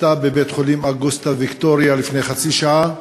בבית-החולים "אוגוסטה ויקטוריה" לפני חצי שעה,